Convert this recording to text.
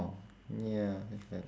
oh ya it's like